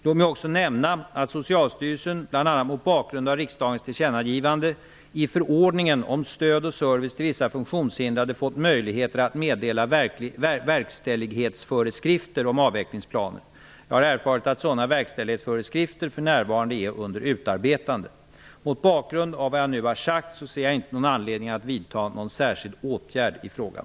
Låt mig också nämna att Socialstyrelsen, bl.a. mot bakgrund av riksdagens tillkännagivande, i förordningen om stöd och service till vissa funktionshindrade fått möjligheter att meddela verkställighetsföreskrifter om avvecklingsplaner. Jag har erfarit att sådana verkställighetsföreskrifter för närvarande är under utarbetande. Mot bakgrund av vad jag nu har sagt ser jag ingen anledning att vidta någon särskild åtgärd i frågan.